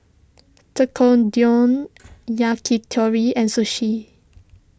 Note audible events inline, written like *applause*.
*unintelligible* Yakitori and Sushi